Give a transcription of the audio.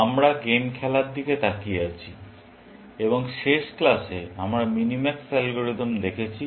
আমরা গেম খেলার দিকে তাকিয়ে আছি এবং শেষ ক্লাসে আমরা মিনিম্যাক্স অ্যালগরিদম দেখেছি